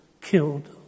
killed